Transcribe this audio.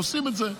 עושים את זה,